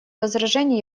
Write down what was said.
возражений